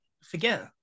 Forget